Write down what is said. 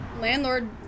landlord